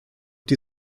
die